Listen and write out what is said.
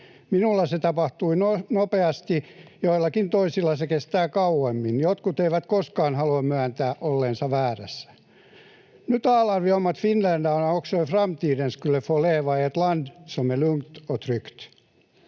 Minulla se tapahtui nopeasti, joillakin toisilla se kestää kauemmin, jotkut eivät koskaan halua myöntää olleensa väärässä. Nu talar vi om att finländarna också i framtiden skulle få leva i ett land som är lugnt och tryggt.